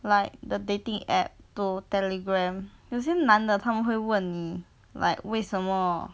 like the dating app to telegram 有些男的他们会问 like 为什么